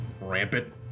rampant